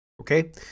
Okay